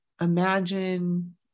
imagine